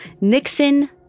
Nixon